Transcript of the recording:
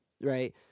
Right